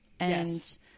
Yes